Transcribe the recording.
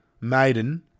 maiden